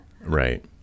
Right